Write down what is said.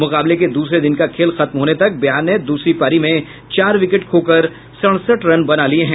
मुकाबले के दूसरे दिन का खेल खत्म होने तक बिहार ने दूसरी पारी में चार विकेट खोकर सड़सठ रन बना लिये हैं